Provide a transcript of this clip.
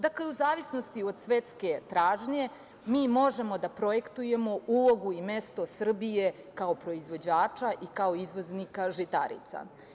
Dakle, u zavisnosti od svetske tražnje mi možemo da projektujemo ulogu i mesto Srbije kao proizvođača i kao izvoznika žitarica.